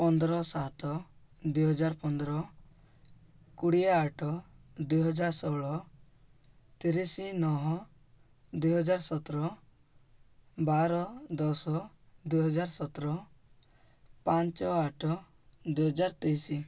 ପନ୍ଦର ସାତ ଦୁଇହଜାର ପନ୍ଦର କୋଡ଼ିଏ ଆଠ ଦୁଇହଜାର ଷୋହଳ ତିରିଶି ନଅ ଦୁଇହଜାର ସତର ବାର ଦଶ ଦୁଇହଜାର ସତର ପାଞ୍ଚ ଆଠ ଦୁଇହଜାର ତେଇଶି